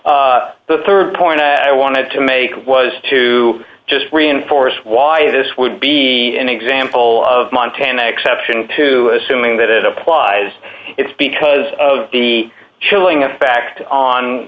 the rd point i wanted to make was to just reinforce why this would be an example of montana exception to assuming that it applies its because of the chilling effect on